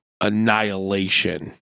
annihilation